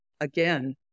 again